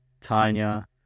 Tanya